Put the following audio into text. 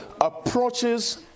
approaches